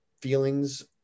feelings